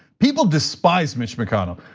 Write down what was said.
people despise mitch mcconnell.